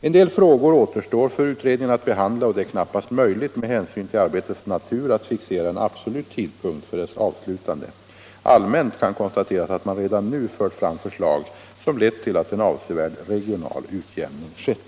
En del frågor återstår för utredningen att behandla, och det är knappast möjligt med hänsyn till arbetets natur att fixera en absolut tidpunkt för dess avslutande. Allmänt kan konstateras att man redan nu fört fram förslag som lett till att en avsevärd regional utjämning skett.